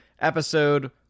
episode